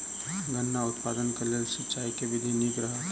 गन्ना उत्पादन केँ लेल सिंचाईक केँ विधि नीक रहत?